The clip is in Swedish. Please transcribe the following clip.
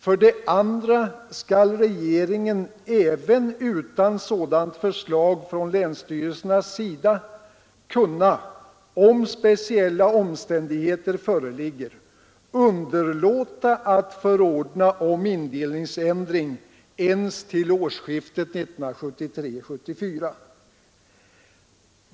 För det Nr 50 andra skall regeringen även utan sådant förslag från länsstyrelsernas sida Torsdagen den kunna, om speciella omständigheter föreligger, underlåta att förordna om 22 mars 1973 indelningsändring ens till årsskiftet 1973-1974.